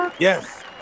Yes